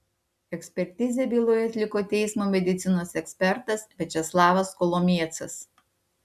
ekspertizę byloje atliko teismo medicinos ekspertas viačeslavas kolomiecas